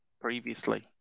previously